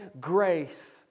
grace